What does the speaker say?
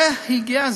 זה הגיע?